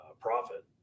profit